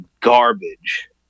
garbage